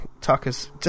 Tucker's